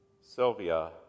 Sylvia